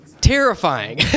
terrifying